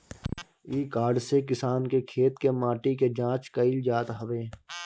इ कार्ड से किसान के खेत के माटी के जाँच कईल जात हवे